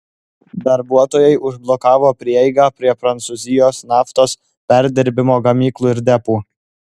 darbuotojai užblokavo prieigą prie prancūzijos naftos perdirbimo gamyklų ir depų